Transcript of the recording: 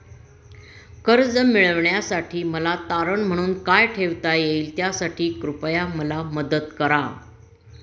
कर्ज मिळविण्यासाठी मला तारण म्हणून काय ठेवता येईल त्यासाठी कृपया मला मदत करा